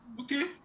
okay